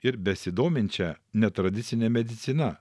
ir besidominčia netradicine medicina